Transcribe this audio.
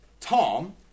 Tom